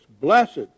blessed